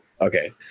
Okay